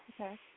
Okay